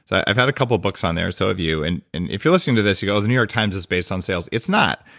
i've had a couple books on there, so have you. and and if you're listening to this, you go, the new york times is based on sales. it's not.